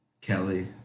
Kelly